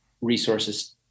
resources